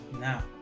Now